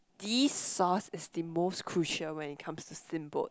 these sauce is the most crucial when it comes to steamboat